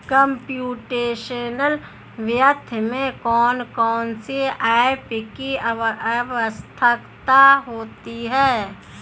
computational वित्त में कौन कौन सी एप की आवश्यकता होती है